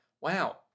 wow